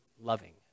loving